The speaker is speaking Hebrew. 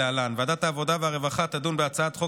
חוק איסור העסקת עובדי הוראה ושלילת תקציב ממוסדות חינוך